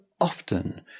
often